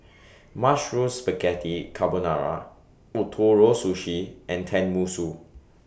Mushroom Spaghetti Carbonara Ootoro Sushi and Tenmusu